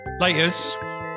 Laters